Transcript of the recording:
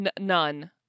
none